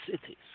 cities